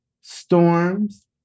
storms